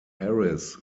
harris